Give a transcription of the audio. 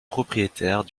propriétaires